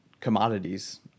commodities